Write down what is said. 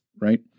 right